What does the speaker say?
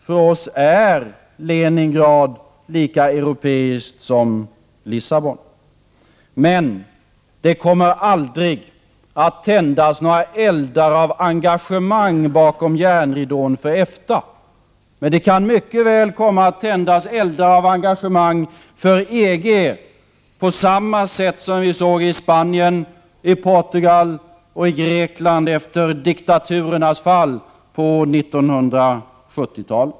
För oss är Leningrad lika europeiskt som Lissabon. Men det kommer aldrig att tändas några eldar av engagemang bakom järnridån för EFTA. Men det kan mycket väl komma att tändas eldar av engagemang för EG på samma sätt som det tändes eldar av engagemang i Spanien, Portugal och Grekland efter diktaturernas fall på 1970-talet.